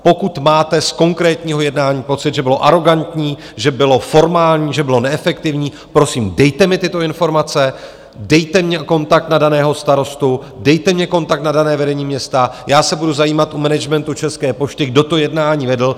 Pokud máte z konkrétního jednání pocit, že bylo arogantní, že bylo formální, že bylo neefektivní, prosím, dejte mi tyto informace, dejte mi kontakt na daného starostu, dejte mi kontakt na dané vedení města, já se budu zajímat u managementu České pošty, kdo to jednání vedl.